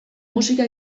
musika